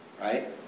Right